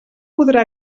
podrà